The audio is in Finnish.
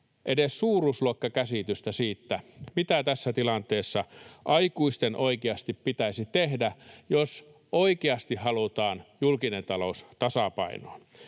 edes suuruusluokkakäsitystä siitä, mitä tässä tilanteessa aikuisten oikeasti pitäisi tehdä, jos oikeasti halutaan julkinen talous tasapainoon.